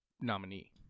nominee